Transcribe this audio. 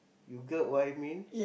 you get what I mean